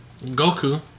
Goku